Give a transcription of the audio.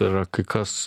ir kai kas